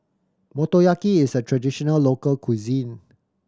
motoyaki is a traditional local cuisine